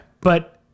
But-